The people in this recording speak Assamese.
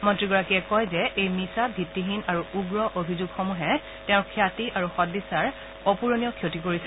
মন্নীগৰাকীয়ে কয় যে এই মিছা ভিগ্তিহীন আৰু উগ্ৰ অভিযোগসমূহে তেওঁৰ খ্যাতি আৰু সদিছাৰ অপূৰণীয় ক্ষতি কৰিছে